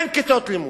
אין כיתות לימוד.